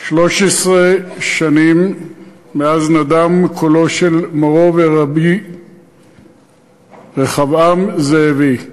13 שנים מאז נדם קולו של מורי ורבי רחבעם זאבי,